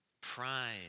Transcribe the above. Pride